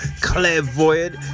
Clairvoyant